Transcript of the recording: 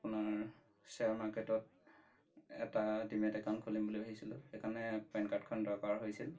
আপোনাৰ শ্বেয়াৰ মাৰ্কেটত এটা ডিমেট একাউণ্ট খুলিম বুলি ভাবিছিলোঁ সেইকাৰণে পেন কাৰ্ডখন দৰকাৰ হৈছিল